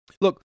Look